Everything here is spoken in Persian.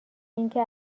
اینکه